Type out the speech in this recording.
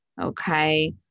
Okay